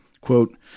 quote